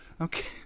Okay